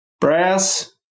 Brass